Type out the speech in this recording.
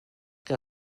que